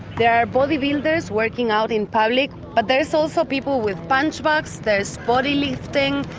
there are body builders working out in public, but there's also people with punch bags, there's body lifting,